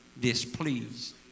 displeased